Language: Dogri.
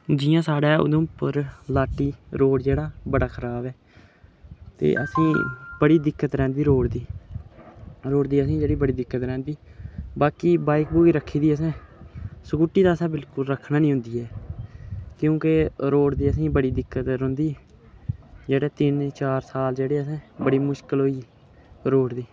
जियां साढ़ै उधमपुर लाटी रोड जेह्ड़ा बड़ा खराब ऐ ते असेंगी बड़ी दिक्कत रौंह्दी रोड दी रोड दी असेंगी जेह्ड़ी बड़ी दिक्कत रौंहदी बाकी बाइक बुइक रक्खी दी असें स्कूटी ते असें बिल्कुल रक्खना नी औंदी ऐ क्योंके रोड दी असेंगी बड़ी दिक्कत रौंह्दी जेह्ड़े तिन चार साल जेह्ड़े असें बड़ी मुश्कल होई रोड दी